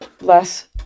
less